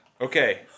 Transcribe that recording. Okay